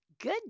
Good